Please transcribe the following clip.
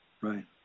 right